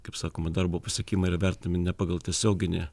kaip sakoma darbo pasiekimai yra vertinami ne pagal tiesioginę